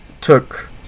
took